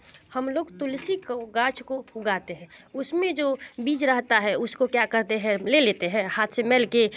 हम लोग तुलसी कउगाज को उगाते हैं उस में जो बीज रहता है उसको क्या कहते हैं ले लेते हैं हाथ से मलके